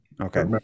Okay